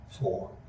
four